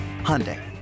Hyundai